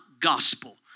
gospel